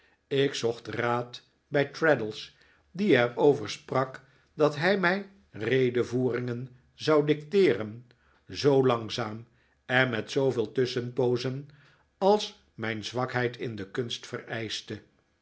ik zocht raad bij traddles die er over sprak dat hij mij redevoeringen zou dicteeren zoo langzaam en met zooveel tusschenpoozen als mijn zwakheid in de kunst vereischte